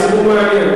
זה היה סיפור מעניין.